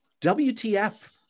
WTF